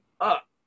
up